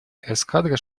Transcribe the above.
эскадра